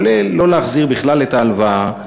כולל לא להחזיר בכלל את ההלוואה.